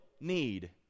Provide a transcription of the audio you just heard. need